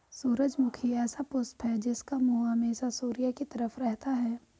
सूरजमुखी ऐसा पुष्प है जिसका मुंह हमेशा सूर्य की तरफ रहता है